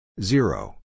Zero